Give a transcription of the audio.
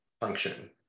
function